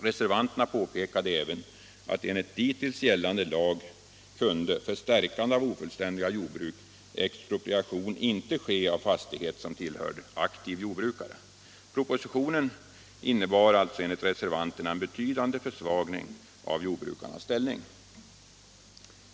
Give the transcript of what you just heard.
Reservanterna påpekade även att enligt dittills gällande lag kunde för stärkande av ofullständiga jordbruk expropriation inte ske av fastighet som tillhör aktiv jordbrukare. Propositionen innebar alltså enligt reservanterna en betydande försvagning av jordbrukarnas ställning.